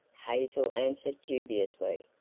hazel answered dubiously.